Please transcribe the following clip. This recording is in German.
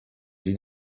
sie